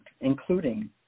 including